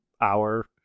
hour